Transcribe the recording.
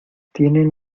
tienen